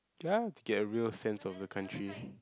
ya to get real sense of the country